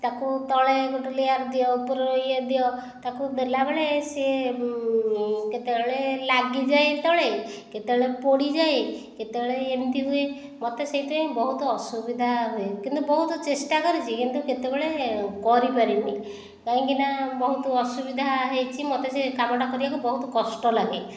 ତାକୁ ତଳେ ଗୋଟେ ଲେୟାର ଦିଅ ଉପରେ ଇଏ ଦିଅ ତାକୁ ଦେଲା ବେଳେ ସେ କେତେବେଳେ ଲାଗିଯାଏ ତଳେ କେତେବେଳେ ପୋଡ଼ିଯାଏ କେତେବେଳେ ଏମିତି ହୁଏ ମତେ ସେଇଥିପାଇଁ ବହୁତ ଅସୁବିଧା ହୁଏ କିନ୍ତୁ ବହୁତ ଚେଷ୍ଟା କରିଛି କିନ୍ତୁ କେତେବେଳେ କରିପାରି ନାହିଁ କାହିଁକିନା ବହୁତ ଅସୁବିଧା ହୋଇଛି ମୋତେ ସେ କାମଟା କରିବାକୁ ବହୁତ କଷ୍ଟ ଲାଗେ